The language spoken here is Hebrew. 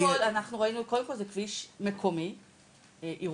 קודם כל אנחנו ראינו שזה כביש מקומי, עירוני,